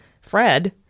Fred